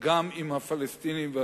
גם עם הפלסטינים והסורים.